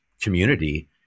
community